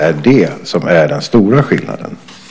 Det är det som är den stora skillnaden. Tack för debatten!